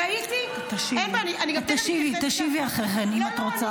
ראיתי -- תשיבי אחרי כן אם את רוצה.